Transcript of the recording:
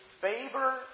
favor